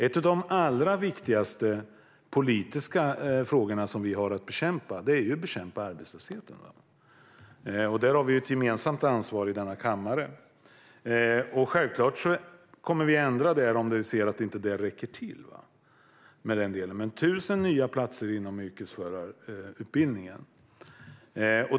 En av de allra viktigaste politiska frågorna vi har att lösa är ju att bekämpa arbetslösheten, och där har vi i denna kammare ett gemensamt ansvar. Självklart kommer vi att ändra det om vi ser att det inte räcker till, men vi har alltså tillfört 1 000 nya platser inom yrkesförarutbildningen.